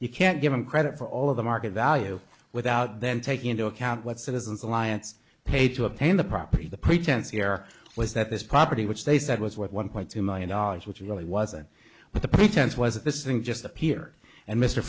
you can't give him credit for all of the market value without then taking into account what citizens alliance paid to obtain the property the pretense here was that this property which they said was what one point two million dollars which really wasn't but the pretense was that this isn't just a pier and mr